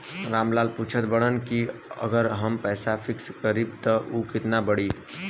राम लाल पूछत बड़न की अगर हम पैसा फिक्स करीला त ऊ कितना बड़ी?